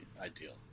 ideal